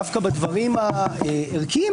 דווקא בדברים הערכיים,